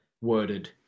worded